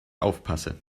aufpasse